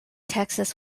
texas